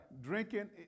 drinking